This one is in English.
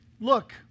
look